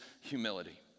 humility